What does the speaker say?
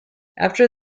after